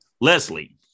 Leslie